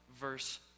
verse